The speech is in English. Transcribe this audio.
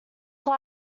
fly